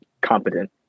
competent